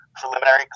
preliminary